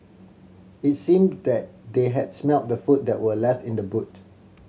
it seemed that they had smelt the food that were left in the boot